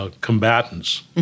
combatants